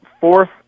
Fourth